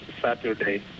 Saturday